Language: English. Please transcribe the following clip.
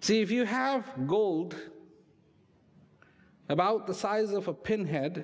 see if you have gold about the size of a pinhead